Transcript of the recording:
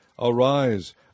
Arise